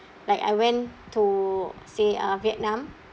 like I went to say ah vietnam